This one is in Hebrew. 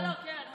לא, לא, קרן.